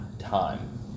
Time